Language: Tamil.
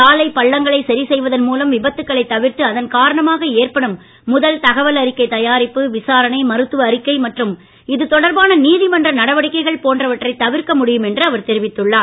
சாலை பள்ளங்களை சரி செய்வதன் மூலம் விபத்துக்களை தவிர்த்து அதன் காரணமாக ஏற்படும் முதல் தகவல் அறிக்கை தயாரிப்பு விசாரணை மருத்துவ அறிக்கை மற்றும் இதுதொடர்பான நீதிமன்ற நடவடிக்கைகள் போன்ற வற்றை தவிர்க்க முடியும் என்று அவர் தெரிவித்துள்ளார்